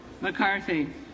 McCarthy